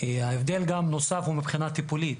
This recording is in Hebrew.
ההבדל הנוסף הוא מבחינה טיפולית.